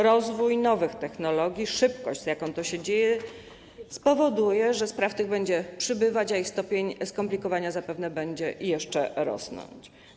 Rozwój nowych technologii, szybkość, z jaką to się dzieje, spowoduje, że spraw tych będzie przybywać, a ich stopień skomplikowania zapewne będzie jeszcze wzrastać.